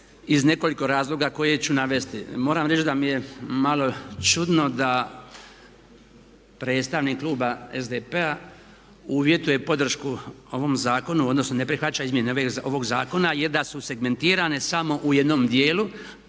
iz nekoliko razloga koje ću navesti. Moram reći da mi je malo čudno da predstavnik Kluba SDP-a uvjetuje podršku ovom zakonu odnosno ne prihvaća izmjene ovog zakona je da su segmentirane samo u jednom djelu